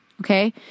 Okay